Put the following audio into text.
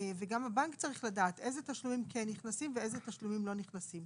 וגם הבנק צריך לדעת איזה תשלומים כן נכנסים ואיזה תשלומים לא נכנסים.